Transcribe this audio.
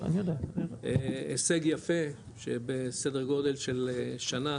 הישג יפה בסדר גודל של שנה,